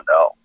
no